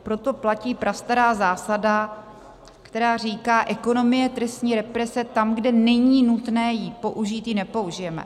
Proto platí prastará zásada, která říká, ekonomie trestní represe tam, kde není nutné ji použít, ji nepoužijeme.